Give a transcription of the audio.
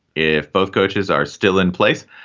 if both coaches are still in place.